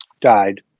died